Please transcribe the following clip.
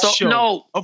no